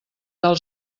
del